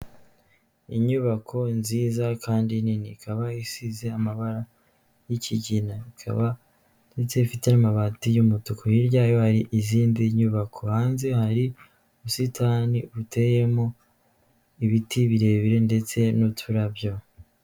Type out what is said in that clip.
Inyubako nziza kandi nini ikaba isize amabara y'ikigina, ikaba ndetse ifite amabati y'umutuku hirya yayo hari izindi nyubako, hanze hari ubusitani buteyemo ibiti birebire ndetse n'uturabyo.